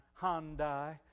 Hyundai